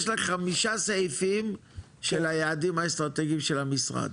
יש לך חמישה סעיפים של היעדים האסטרטגים של המשרד.